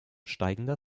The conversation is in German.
steigender